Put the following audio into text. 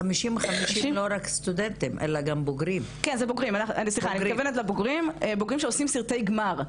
אני מתכוונת לבוגרים שעושים סרטי גמר.